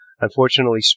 Unfortunately